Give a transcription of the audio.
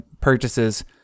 purchases